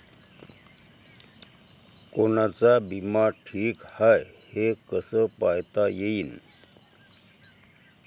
कोनचा बिमा ठीक हाय, हे कस पायता येईन?